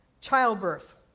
childbirth